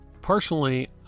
personally